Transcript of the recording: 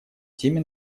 теме